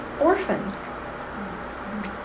orphans